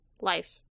life